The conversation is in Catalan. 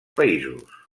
països